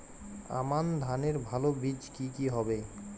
আমান ধানের ভালো বীজ কি কি হবে?